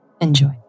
Enjoy